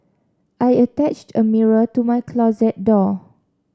I attached a mirror to my closet door